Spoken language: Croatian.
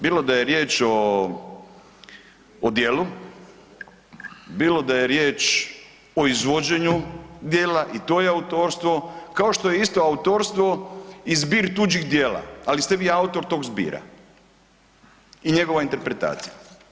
Bilo da je riječ o djelu, bilo da je riječ o izvođenju djela i to je autorstvo kao što je isto autorstvo i zbir tuđih djela, ali ste vi autor tog zbira i njegova interpretacija.